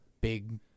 big